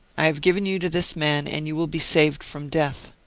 i have given you to this man, and you will be saved from death.